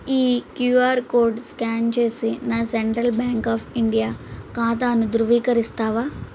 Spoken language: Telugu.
ఈ క్యూఆర్ కోడ్ స్కాన్ చేసి నా సెంట్రల్ బ్యాంక్ ఆఫ్ ఇండియా ఖాతాను ధృవీకరిస్తావా